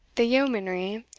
the yeomanry,